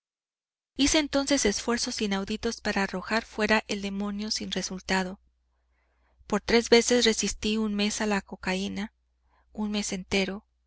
hice entonces esfuerzos inauditos para arrojar fuera el demonio sin resultado por tres veces resistí un mes a la cocaína un mes entero